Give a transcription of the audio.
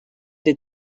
des